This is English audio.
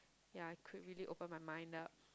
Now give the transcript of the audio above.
ya I could really open my mind up